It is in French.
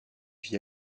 vit